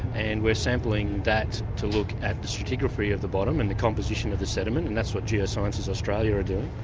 and we're sampling that to look at the stratigraphy of the bottom and the composition of the sediment, and that's what geosciences australia are doing.